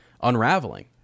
unraveling